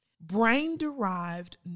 Brain-derived